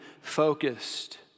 focused